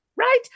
Right